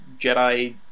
Jedi